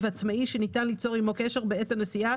העצמאי שניתן ליצור עמו קשר בעת הנסיעה,